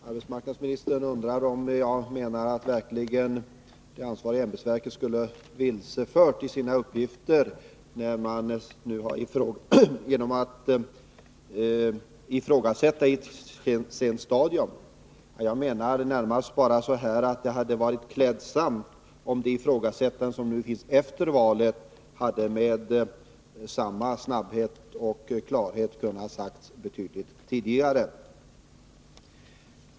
Herr talman! Arbetsmarknadsministern undrar om jag verkligen menar att det ansvariga ämbetsverket skulle ha vilselett med sina uppgifter genom att ifrågasätta dem på ett sent stadium. Jag menar närmast att det hade varit klädsamt om det ifrågasättande som nu kommit efter valet med samma snabbhet och klarhet hade kunnat komma betydligt tidigare.